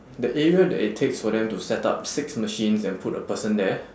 the area that it takes for them to set up six machines and put a person there